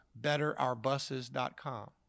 betterourbuses.com